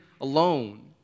alone